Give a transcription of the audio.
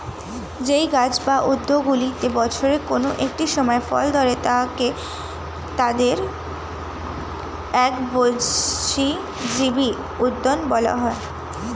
যেই গাছ বা উদ্ভিদগুলিতে বছরের কোন একটি সময় ফল ধরে তাদের একবর্ষজীবী উদ্ভিদ বলা হয়